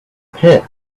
pit